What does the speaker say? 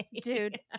Dude